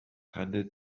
handelt